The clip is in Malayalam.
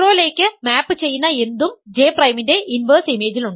0 ലേക്ക് മാപ്പുചെയ്യുന്ന എന്തും ജെ പ്രൈമിന്റെ ഇൻവെർസ് ഇമേജിലുണ്ട്